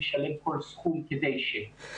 נשלם כל סכום כדי ש ---,